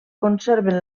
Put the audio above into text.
conserven